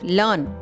learn